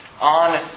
on